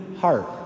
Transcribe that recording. heart